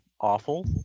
awful